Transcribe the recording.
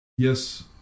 Yes